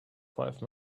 five